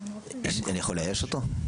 אני יכול לאייש אותו?